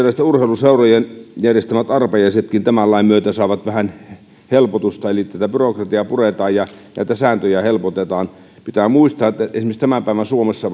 urheiluseurojen järjestämät arpajaisetkin tämän lain myötä saavat vähän helpotusta eli byrokratiaa puretaan ja sääntöjä helpotetaan pitää muistaa että esimerkiksi tämän päivän suomessa